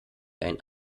ein